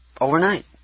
Overnight